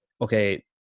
okay